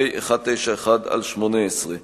פ/191/18.